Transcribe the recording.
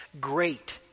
great